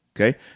Okay